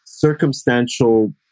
circumstantial